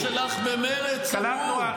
אין לך מה להגיד עלינו.